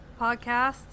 podcasts